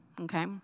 okay